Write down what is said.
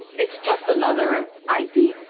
it's just another id.